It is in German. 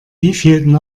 wievielten